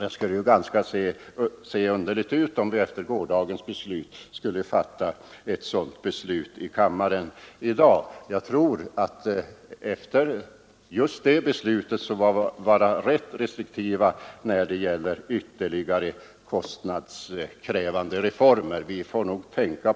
Jag tror att efter gårdagens beslut bör vi vara ganska restriktiva när det gäller kostnadskrävande reformer. Vi får nog tänka